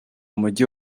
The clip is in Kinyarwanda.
umujyi